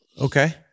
Okay